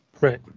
Right